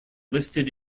listed